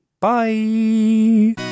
bye